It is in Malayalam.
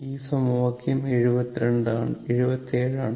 ഇത് സമവാക്യം 77 ആണ്